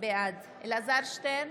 בעד אלעזר שטרן,